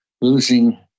losing